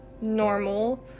normal